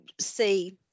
see